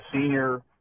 senior